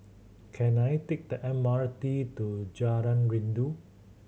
can I take the M R T to Jalan Rindu